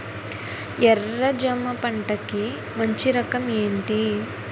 ఎర్ర జమ పంట కి మంచి రకం ఏంటి?